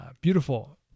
beautiful